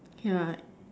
yeah